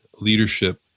Leadership